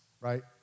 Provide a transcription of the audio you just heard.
right